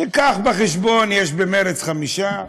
נביא בחשבון, יש במרצ חמישה,